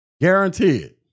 Guaranteed